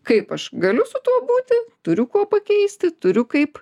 kaip aš galiu su tuo būti turiu kuo pakeisti turiu kaip